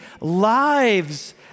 lives